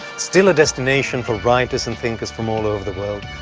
still a destination for writers and thinkers from all over the world,